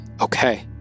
Okay